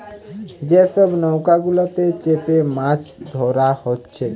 যে সব নৌকা গুলাতে চেপে মাছ ধোরা হচ্ছে